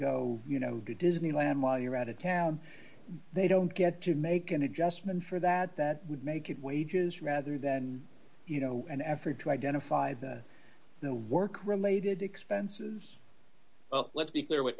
go you know to disneyland while you're out of town they don't get to make an adjustment for that that would make it wages rather than you know an effort to identify the no work related expenses well let's be clear what